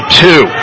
two